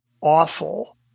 awful